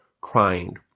crying